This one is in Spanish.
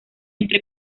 entre